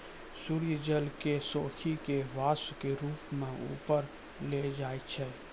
सूर्य जल क सोखी कॅ वाष्प के रूप म ऊपर ले जाय छै